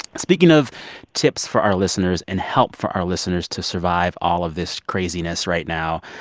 speaking of tips for our listeners and help for our listeners to survive all of this craziness right now,